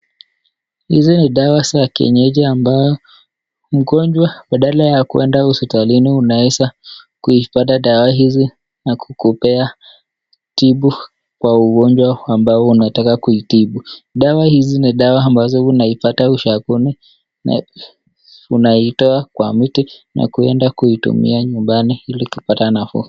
Hizi ni dawa za kienyeji ambayo mgonjwa badala ya kuenda hospitalini unaweza kuipata dawa hizi na kukupea tibu wa ugonjwa ambao unataka kutibu. Dawa hizi ni dawa ambazo unazipata ushago,(cs), na unaitoa kwa mti na kuenda kuitumia nyumbani ilikupata nafuu.